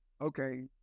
Okay